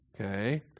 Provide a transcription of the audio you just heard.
Okay